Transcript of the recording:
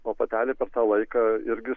o patelė per tą laiką irgi